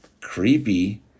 creepy